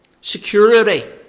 security